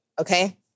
Okay